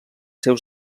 seus